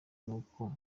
n’uko